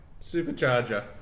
Supercharger